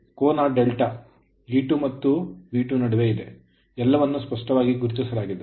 ಕೋನ δE2 ಮತ್ತು V2 ನಡುವೆ ಇದೆ ಎಲ್ಲವನ್ನೂ ಸ್ಪಷ್ಟವಾಗಿ ಗುರುತಿಸಲಾಗಿದೆ